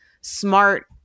smart